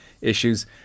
issues